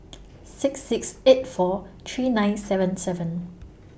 six six eight four three nine seven seven